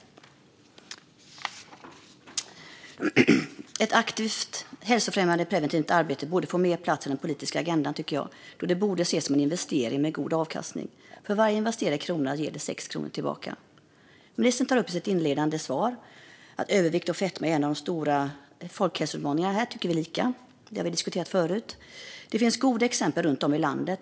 Ett aktivt hälsofrämjande, preventivt arbete borde få mer plats på den politiska agendan, tycker jag, då det borde ses som en investering med god avkastning. Varje investerad krona ger 6 kronor tillbaka. Ministern tar i sitt inledande svar upp att övervikt och fetma är en av de stora folkhälsoutmaningarna. Här tycker vi lika; vi har vi diskuterat detta förut. Det finns goda exempel runt om i landet.